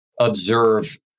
observe